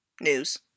news